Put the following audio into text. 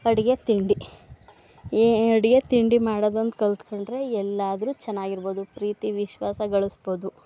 ಅಡುಗೆ ತಿಂಡಿ ಈ ಅಡುಗೆ ತಿಂಡಿ ಮಾಡೋದನ್ನ ಕಲಿತ್ಕೊಂಡ್ರೆ ಎಲ್ಲಾದರೂ ಚೆನ್ನಾಗಿರಬಹುದು ಪ್ರೀತಿ ವಿಶ್ವಾಸಗಳಿಸ್ಬೋದು